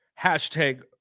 hashtag